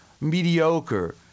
mediocre